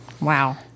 Wow